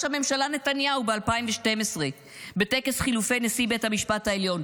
הממשלה נתניהו ב-2012 בטקס חילופי נשיא בית המשפט העליון.